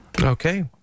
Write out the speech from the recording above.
Okay